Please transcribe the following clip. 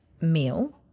meal